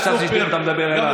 חשבתי שאתה מדבר אליי.